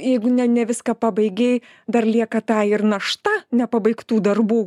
jeigu ne ne viską pabaigei dar lieka ta ir našta nepabaigtų darbų